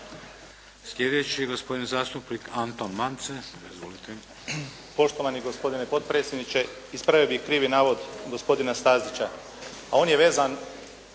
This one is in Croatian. Sljedeći je gospodin zastupnik Anton Mance. **Mance, Anton (HDZ)** Poštovani gospodine potpredsjedniče, ispravio bih krivi navod gospodina Stazića.